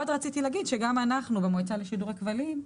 גם אנחנו, במועצה לשידורי כבלים,